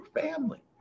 family